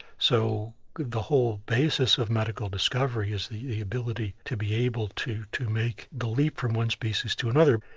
so the whole basis of medical discovery is the ability to be able to to make the leap from one species to another.